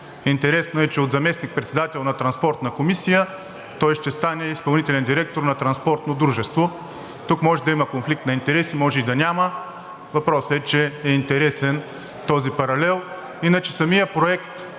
Интересно е, че от заместник-председател на Транспортната комисия той ще стане изпълнителен директор на транспортно дружество. Тук може да има конфликт на интереси, може и да няма, въпросът е, че е интересен този паралел.